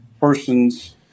person's